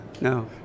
No